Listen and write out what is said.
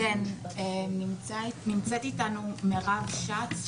נמצאת אתנו בזום מרב שץ,